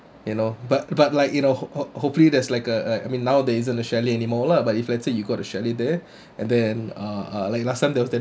you know but but like you know ho~ hopefully there's like uh I mean nowadays there isn't a chalet anymore lah but if let's say you got a chalet there and then uh uh like last time there was then